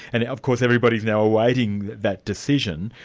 and of course everybody's now awaiting that that decision.